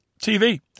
tv